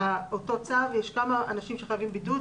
באותו צו יש כמה אנשים שחייבים בידוד,